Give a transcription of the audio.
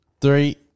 Three